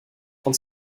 von